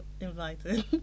invited